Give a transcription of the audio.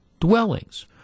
dwellings